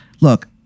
Look